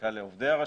זיקה לעובדי הרשות?